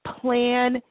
plan